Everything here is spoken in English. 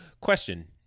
question